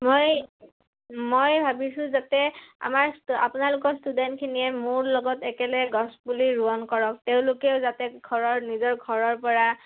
মই মই ভাবিছোঁ যাতে আমাৰ আপোনালোকৰ ষ্টুডেণ্টখিনিয়ে মোৰ লগত একেলগে গছপুলি ৰোপণ কৰক তেওঁলোকেও যাতে ঘৰৰ নিজৰ ঘৰৰ পৰা